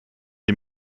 die